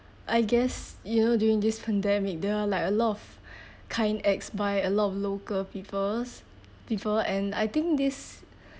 I guess you know during this pandemic there are like a lot of kind acts by a lot of local peoples people and I think this